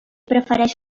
prefereix